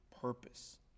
purpose